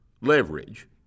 leverage